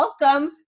Welcome